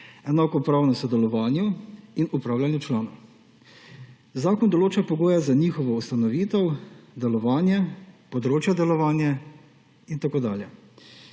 enakopravnem sodelovanju in upravljanju članov«. Zakon določa pogoje za njihovo ustanovitev, delovanje, področja delovanja in tako dalje.